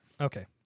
Okay